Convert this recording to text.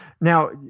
now